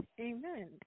amen